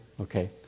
Okay